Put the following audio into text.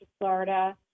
Florida